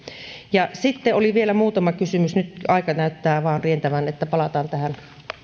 sitten oli vielä muutama kysymys nyt aika näyttää vain rientävän niin että palataan tähän